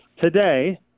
today